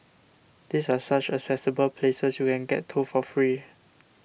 these are such accessible places you can get to for free